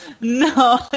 no